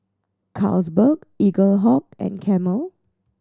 Carlsberg Eaglehawk and Camel